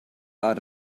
are